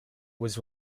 was